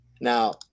Now